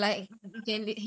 அதான்:athaan